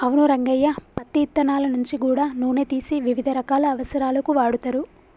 అవును రంగయ్య పత్తి ఇత్తనాల నుంచి గూడా నూనె తీసి వివిధ రకాల అవసరాలకు వాడుతరు